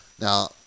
Now